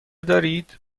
دارید